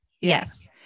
Yes